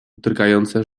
drgające